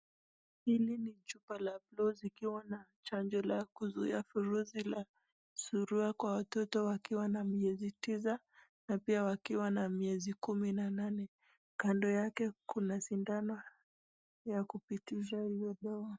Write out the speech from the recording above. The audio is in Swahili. Hili ni chupa la buluu zikiwa na chanjo la kuzuia virusi la surua kwa watoto wakiwa na miezi tisa na pia wakiwa na miezi kumi na nane, kando yake kuna sindano ya kupitisha hiyo dawa.